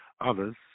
others